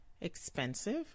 Expensive